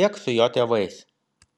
kiek su jo tėvais